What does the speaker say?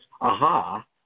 Aha